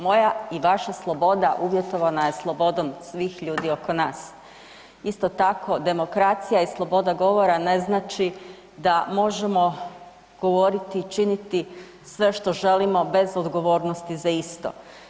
Moja i vaša sloboda uvjetovana je slobodom svih ljudi oko nas, isto tako demokracija i sloboda govora ne znači da možemo govoriti i činiti sve što želimo bez odgovornosti za isto.